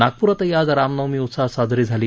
नागप्रातही आज रामनवमी उत्साहात साजरी झाली